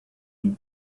and